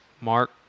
Mark